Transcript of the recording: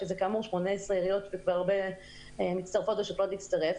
שזה כאמור 18 עיריות מצטרפות ויש עוד הרבה שחושבות להצטרף,